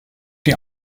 die